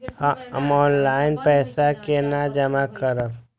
हम ऑनलाइन पैसा केना जमा करब?